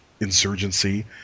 Insurgency